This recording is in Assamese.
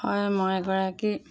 হয় মই এগৰাকী